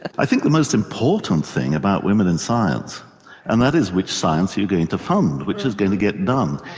i think the most important thing about women in science and that is which science you're going to fund which is going to get done.